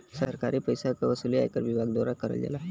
सरकारी पइसा क वसूली आयकर विभाग द्वारा करल जाला